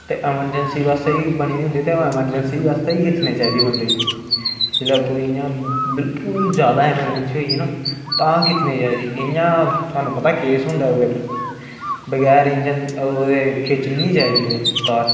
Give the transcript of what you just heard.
ते अमरजैन्सी आस्ते गै बनी दी होंदी ऐ ते अमरजैंसी च गै खिच्चनी चाहिदी बंदे ने जिसले कोई इयां बिल्कुल ज्यादा अमरजैंसी होई गेई ना तां खिच्चनी चाहिदी इयां थुहानू पता केस होंदा ओहदे उप्पर बगैर इंजन दे ओह खिच्चनी नेईं चाहिदी ओह् तार